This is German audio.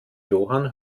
johann